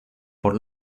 por